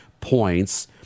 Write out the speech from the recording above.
points